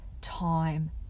time